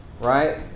right